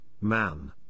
man